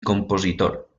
compositor